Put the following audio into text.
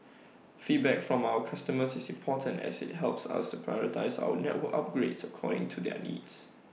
feedback from our customers is important as IT helps us to prioritise our network upgrades according to their needs